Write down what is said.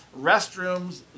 restrooms